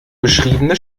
beschriebene